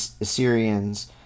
Assyrians